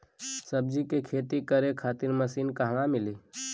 सब्जी के खेती करे खातिर मशीन कहवा मिली?